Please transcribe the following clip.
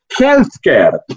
healthcare